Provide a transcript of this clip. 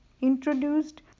introduced